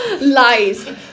Lies